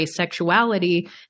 asexuality